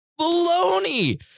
baloney